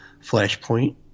Flashpoint